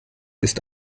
ist